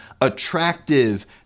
attractive